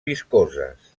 viscoses